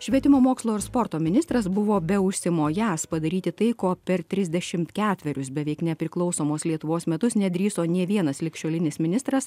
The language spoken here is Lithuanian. švietimo mokslo ir sporto ministras buvo be užsimojąs padaryti tai ko per trisdešimt ketverius beveik nepriklausomos lietuvos metus nedrįso nė vienas ligšiolinis ministras